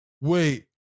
Wait